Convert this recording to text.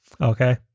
Okay